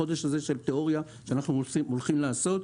תיאוריה שאנחנו הולכים לעשות בחודש הזה.